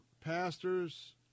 Pastors